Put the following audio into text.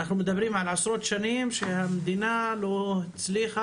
אנחנו מדברים על עשרות שנים שהמדינה לא הצליחה